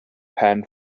pan